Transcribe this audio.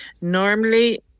Normally